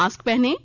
mask पहनें